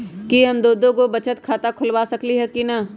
कि हम दो दो गो बचत खाता खोलबा सकली ह की न?